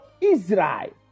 Israel